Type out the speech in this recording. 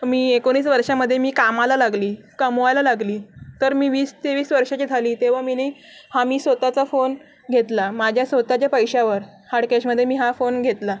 मी एकोणीस वर्षामध्ये मी कामाला लागली कमवायला लागली तर मी वीस तेवीस वर्षाची झाली तेव्हा मीनी हा स्वत चा फोन घेतला माझ्या स्वत च्या पैशावर हार्ड कॅशमध्ये मी हा फोन घेतला